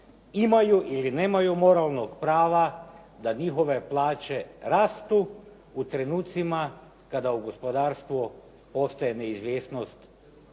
imaju ili nemaju moralnog prava da njihove plaće rastu u trenucima kada u gospodarstvu postoji neizvjesnost